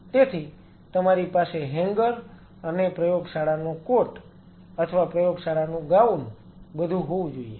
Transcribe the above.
તેથી તમારી પાસે હેન્ગર અને પ્રયોગશાળાનો કોટ અથવા પ્રયોગશાળાનું ગાઉન બધું હોવું જોઈએ